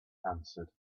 answered